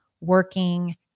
working